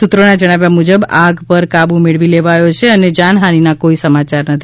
સુત્રોના જણાવ્યા મુજબ આગ પર કાબુ મેળવી લેવાયો છે અને જાનહાનીના કોઇ સમાચાર નથી